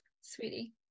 sweetie